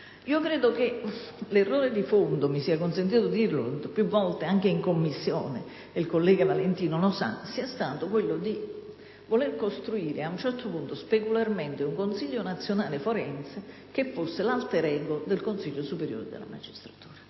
Credo che l'errore di fondo - mi sia consentito dirlo e l'ho detto più volte anche in Commissione ed il collega Valentino lo sa - sia stato quello di voler costruire ad un certo punto specularmente un Consiglio nazionale forense che fosse l'*alter ego* del Consiglio superiore della magistratura.